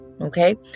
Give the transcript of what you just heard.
Okay